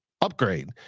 upgrade